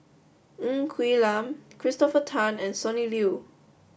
Ng Quee Lam Christopher Tan and Sonny Liew